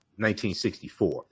1964